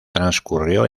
transcurrió